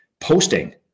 Posting